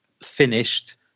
finished